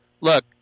look